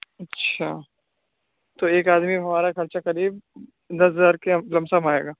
اچھا تو ایک آدمی پہ ہمارا خرچہ قریب دس ہزار کے لم سم آئے گا